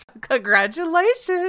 congratulations